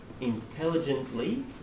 intelligently